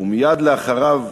ומייד אחריו,